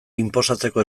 inposatzeko